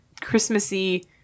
Christmassy